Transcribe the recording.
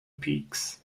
peaks